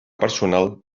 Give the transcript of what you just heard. personal